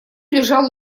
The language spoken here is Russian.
лежал